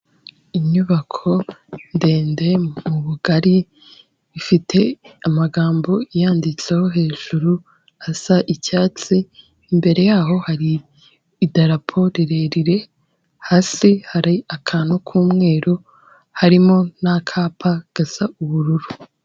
Inyubako ndende mu bugari ifite amagambo yanditseho hejuru asa icyatsi, imbere yaho hari idarapo rirerire, hasi hari akantu k'umweru harimo n'akapa gasa ubururu.